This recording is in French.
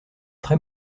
très